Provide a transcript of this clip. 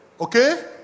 okay